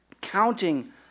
Counting